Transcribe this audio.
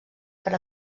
per